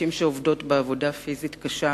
נשים שעובדות בעבודה פיזית קשה.